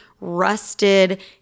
rusted